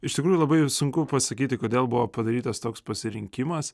iš tikrųjų labai sunku pasakyti kodėl buvo padarytas toks pasirinkimas